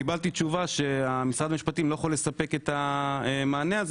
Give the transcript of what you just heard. קיבלתי תשובה שמשרד המשפטים לא יכול לספק את המענה הזה